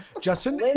Justin